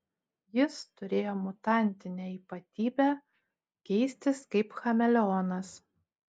jis turėjo mutantinę ypatybę keistis kaip chameleonas